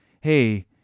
hey